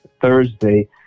Thursday